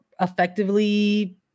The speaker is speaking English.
effectively